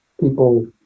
people